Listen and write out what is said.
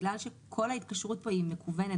בגלל שכל ההתקשרות כאן היא מקוונת